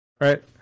right